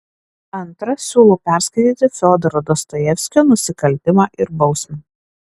antra siūlau perskaityti fiodoro dostojevskio nusikaltimą ir bausmę